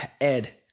Ed